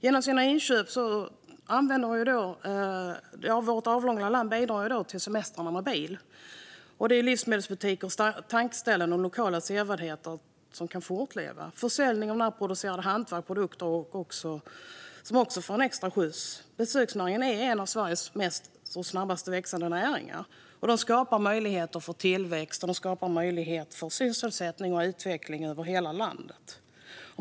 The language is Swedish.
Genom sina inköp i vårt avlånga land bidrar de som semestrar i husbil till att livsmedelsbutiker, tankställen och lokala sevärdheter kan fortleva. Försäljning av närproducerade hantverk och produkter får också en extra skjuts. Besöksnäringen är en av Sveriges snabbast växande näringar. Den skapar möjligheter för tillväxt, sysselsättning och utveckling över hela landet.